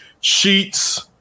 Sheets